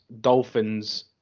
Dolphins